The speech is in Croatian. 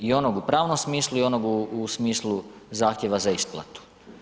I onog u pravnom smislu i onog u smislu zahtjeva za isplatu.